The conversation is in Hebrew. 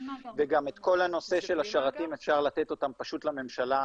וגם את כל הנושא של השרתים אפשר לתת אותם פשוט לממשלה.